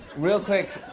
real quick,